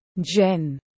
Jen